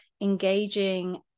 engaging